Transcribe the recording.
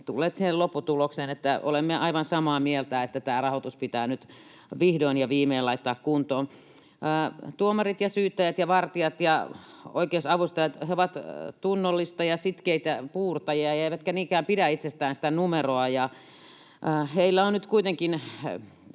siihen lopputulokseen, että olemme aivan samaa mieltä, että tämä rahoitus pitää nyt vihdoin ja viimein laittaa kuntoon. Tuomarit ja syyttäjät ja vartijat ja oikeusavustajat — he ovat tunnollisia ja sitkeitä puurtajia eivätkä niinkään pidä itsestään sitä numeroa. Heillä on nyt kuitenkin